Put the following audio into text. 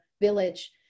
village